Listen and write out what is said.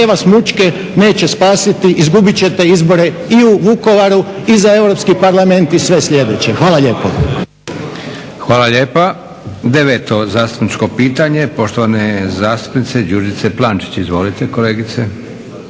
vas mučke neće spasiti, izgubit ćete izbore i u Vukovaru i za Europski parlament i sve sljedeće. Hvala lijepo. **Leko, Josip (SDP)** Hvala lijepa. 9. zastupničko pitanje, poštovane zastupnice Đurđice Plančić. Izvolite kolegice.